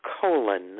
colon